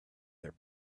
their